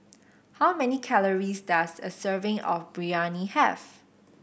how many calories does a serving of Biryani have